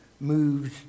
moves